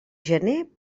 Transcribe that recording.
gener